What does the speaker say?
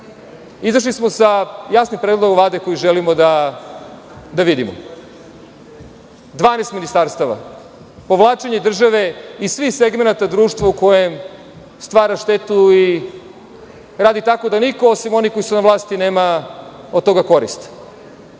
Izašli smo sa jasnim predlogom Vlade koji želimo da vidimo – 12 ministarstava, povlačenje države iz svih segmenata društva u kojem stvara štetu i radi tako da niko, osim onih koji su na vlasti, nema korist. Lepo